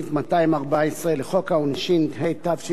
התשל"ז 1977,